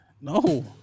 No